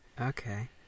Okay